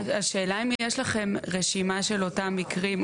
השאלה אם יש לכם רשימה של אותם מקרים,